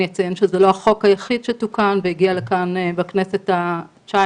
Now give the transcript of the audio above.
אני אציין שזה לא החוק היחיד שתוקן והגיע לכאן בכנסת ה-19,